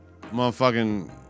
motherfucking